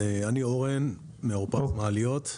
אני אורן מאורפז מעליות.